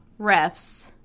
refs